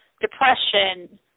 depression